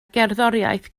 gerddoriaeth